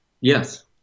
Yes